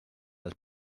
als